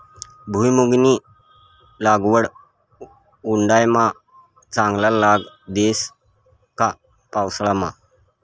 भुईमुंगनी लागवड उंडायामा चांगला लाग देस का पावसाळामा